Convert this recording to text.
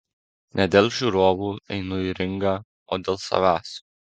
ne dėl žiūrovų einu į ringą o dėl savęs